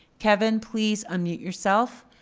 kevin, please unmute yourself.